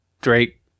Drake